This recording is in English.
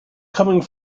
coming